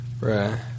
Right